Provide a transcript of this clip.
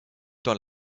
dans